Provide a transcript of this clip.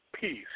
Peace